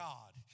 God